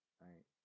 right